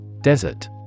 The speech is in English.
Desert